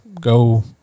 go